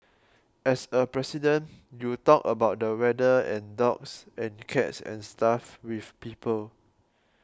as a President you talk about the weather and dogs and cats and stuff with people